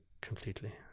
completely